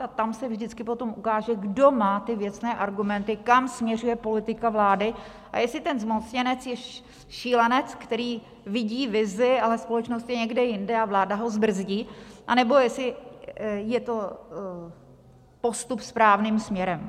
A tam se vždycky potom ukáže, kdo má ty věcné argumenty, kam směřuje politika vlády a jestli ten zmocněnec je šílenec, který vidí vizi, ale společnost je někde jinde a vláda ho zbrzdí, anebo jestli je to postup správným směrem.